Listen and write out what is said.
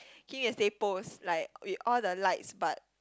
Kim yesterday post like with all the lights but